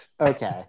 okay